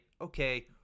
okay